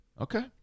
Okay